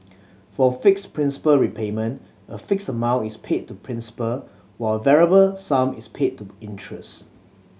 for fixed principal repayment a fixed amount is paid to principal while variable sum is paid to interest